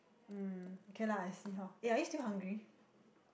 mm okay lah I see how eh